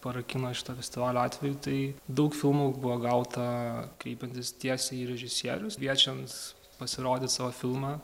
parakino iš tavęs tai yra atvejų tai daug filmų buvo gauta kreipiantis tiesiai į režisierius kviečiant pasirodyt savo filmą